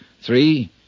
Three